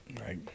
right